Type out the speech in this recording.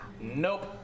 Nope